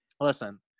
Listen